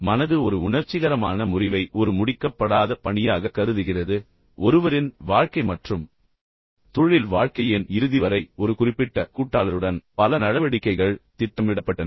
மனது ஒரு உணர்ச்சிகரமான முறிவை ஒரு முடிக்கப்படாத பணியாக கருதுகிறது ஒருவரின் வாழ்க்கை மற்றும் தொழில் வாழ்க்கையின் இறுதி வரை ஒரு குறிப்பிட்ட கூட்டாளருடன் பல நடவடிக்கைகள் திட்டமிடப்பட்டன